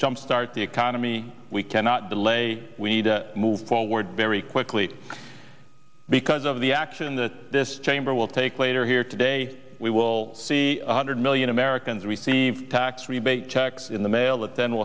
jump start the economy we cannot delay we need to move forward very quickly because of the action that this chamber will take later here today we will see one hundred million americans receive tax rebate checks in the mail that then